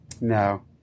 No